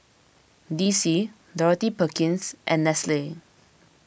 D C Dorothy Perkins and Nestle